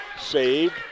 Saved